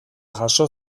jaso